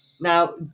Now